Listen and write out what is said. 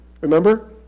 Remember